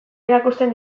erakusten